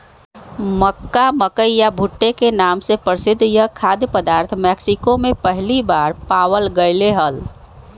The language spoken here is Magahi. मक्का, मकई या भुट्टे के नाम से प्रसिद्ध यह खाद्य पदार्थ मेक्सिको में पहली बार पावाल गयले हल